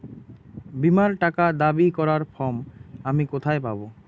বীমার টাকা দাবি করার ফর্ম আমি কোথায় পাব?